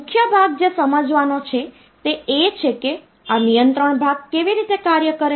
મુખ્ય ભાગ જે સમજવાનો છે તે એ છે કે આ નિયંત્રણ ભાગ કેવી રીતે કાર્ય કરે છે